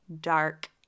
dark